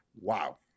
Wow